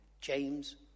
James